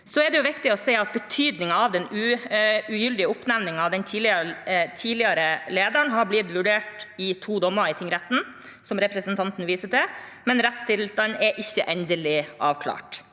Det er viktig å si at betydningen av den ugyldige oppnevningen av den tidligere lederen har blitt vurdert i to dommer i tingretten, som representanten viser til, men rettstilstanden er ikke endelig avklart.